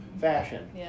fashion